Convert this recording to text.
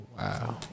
Wow